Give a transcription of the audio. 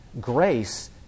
Grace